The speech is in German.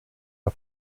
der